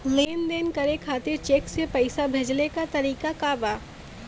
लेन देन करे खातिर चेंक से पैसा भेजेले क तरीकाका बा?